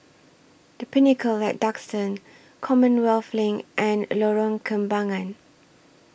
The Pinnacle At Duxton Commonwealth LINK and Lorong Kembagan